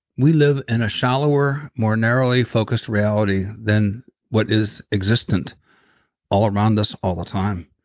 we live in a shallower, more narrowly focused reality than what is existent all around us all the time.